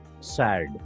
sad